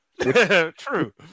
True